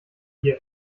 die